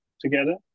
together